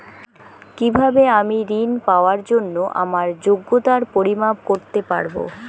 কিভাবে আমি ঋন পাওয়ার জন্য আমার যোগ্যতার পরিমাপ করতে পারব?